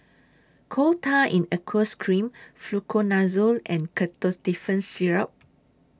Coal Tar in Aqueous Cream Fluconazole and Ketotifen Syrup